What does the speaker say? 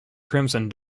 crimson